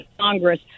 congress